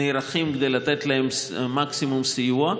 נערכים לתת להם מקסימום סיוע,